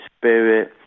spirit